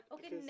Okay